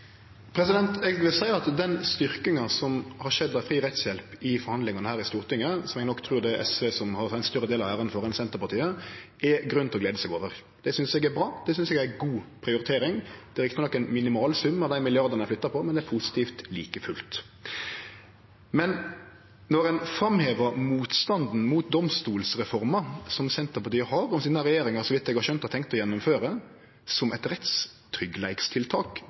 Eg vil seie at den styrkinga som har skjedd av fri rettshjelp i forhandlingane her i Stortinget, som eg nok trur SV har ein større del av æra for enn Senterpartiet, er det grunn til å glede seg over. Det synest eg er bra, det synest eg er ei god prioritering. Det er rett nok ein minimal sum av dei milliardane ein har flytta på, men det er like fullt positivt. Men når ein framhevar motstanden mot domstolsreforma som Senterpartiet har, og som denne regjeringa, så vidt eg har skjønt, har tenkt å gjennomføre, som eit rettstryggleikstiltak,